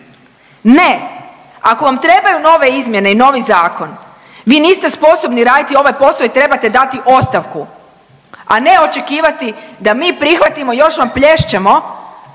Ne, ako vam trebaju nove izmjene i novi zakon vi niste sposobni raditi ovaj posao i trebate dati ostavku, a ne očekivati da mi prihvatimo još vam plješćemo